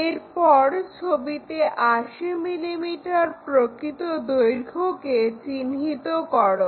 এরপর ছবিতে 80 mm প্রকৃত দৈর্ঘ্যকে চিহ্নিত করো